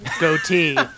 goatee